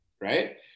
right